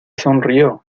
sonrió